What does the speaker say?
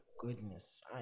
goodness